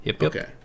okay